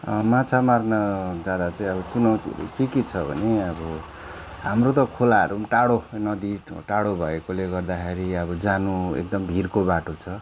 माछा मार्नु जाँदा चाहिँ अब चुनौतीहरू के के छ भने अब हाम्रो त खोलाहरू पनि टाढो नदी टाढो भएकोले गर्दाखेरि अब जानु एकदम भिरको बाटो छ